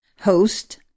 host